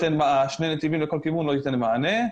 שני נתיבים לכל כיוון לא ייתנו מענה.